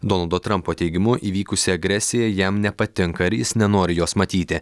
donaldo trampo teigimu įvykusi agresija jam nepatinka ir jis nenori jos matyti